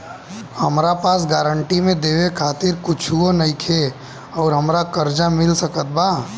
हमरा पास गारंटी मे देवे खातिर कुछूओ नईखे और हमरा कर्जा मिल सकत बा?